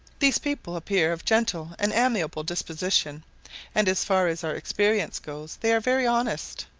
these people appear of gentle and amiable dispositions and, as far as our experience goes, they are very honest.